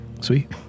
Sweet